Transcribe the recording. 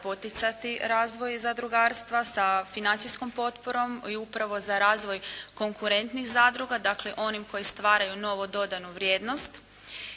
poticati razvoj zadrugarstva sa financijskom potporom i upravo za razvoj konkurentnih zadruga, dakle onim koji stvaraju novu dodanu vrijednost